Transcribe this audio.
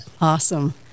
Awesome